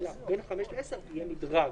ל-10,000 שקל אלא בין 5,000 ל-10,000 יהיה מדרג.